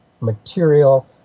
material